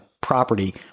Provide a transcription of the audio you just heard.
property